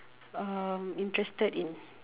um interested in